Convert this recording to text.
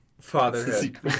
Fatherhood